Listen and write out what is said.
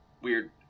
Weird